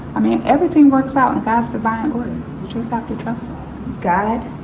i mean, everything works out in fast divine way. you just have to trust. god?